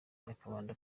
nyakabanda